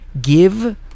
give